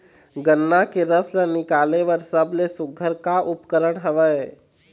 गन्ना के रस ला निकाले बर सबले सुघ्घर का उपकरण हवए?